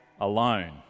alone